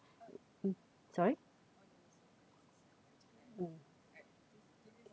sorry mm